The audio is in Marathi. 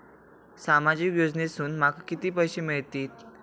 सामाजिक योजनेसून माका किती पैशे मिळतीत?